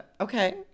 Okay